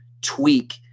tweak